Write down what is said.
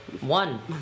One